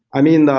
i mean,